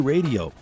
Radio